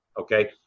okay